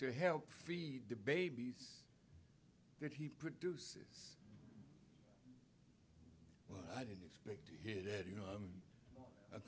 to help feed the babies that he produces well i didn't expect to hear that you know